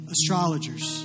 Astrologers